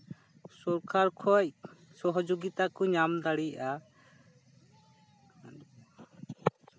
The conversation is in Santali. ᱥᱚᱨᱠᱟᱨ ᱠᱷᱚᱱ ᱥᱚᱦᱚᱡᱳᱜᱤᱛᱟ ᱠᱚ ᱧᱟᱢ ᱫᱟᱲᱮᱭᱟᱜᱼᱟ